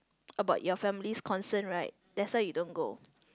about your family's concern right that's why you don't go